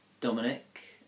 Dominic